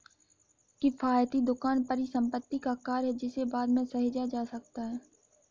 किफ़ायती दुकान परिसंपत्ति का कार्य है जिसे बाद में सहेजा जा सकता है